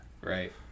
Right